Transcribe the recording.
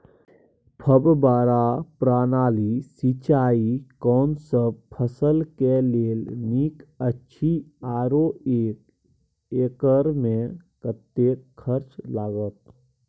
फब्बारा प्रणाली सिंचाई कोनसब फसल के लेल नीक अछि आरो एक एकर मे कतेक खर्च लागत?